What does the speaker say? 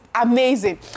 amazing